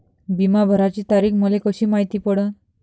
बिमा भराची तारीख मले कशी मायती पडन?